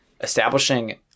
establishing